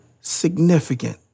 significant